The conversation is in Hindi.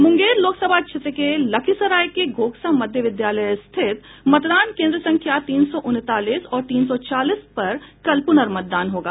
मुंगेर लोकसभा क्षेत्र के लखीसराय के घोंघसा मध्य विद्यालय स्थित मतदान केंद्र संख्या तीन सौ उनतालीस और तीन सौ चालीस पर कल पुनर्मतदान होगा